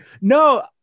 no